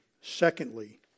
Secondly